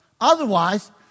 Otherwise